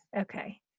Okay